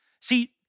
See